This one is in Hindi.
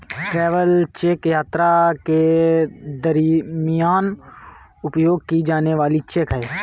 ट्रैवल चेक यात्रा के दरमियान उपयोग की जाने वाली चेक है